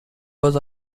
goes